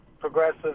progressive